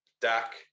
Dak